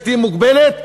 בלתי מוגבלת,